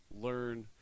learn